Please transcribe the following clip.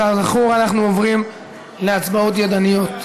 כזכור, אנחנו עוברים להצבעות ידניות.